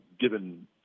given